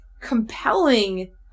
compelling